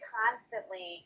constantly